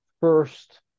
First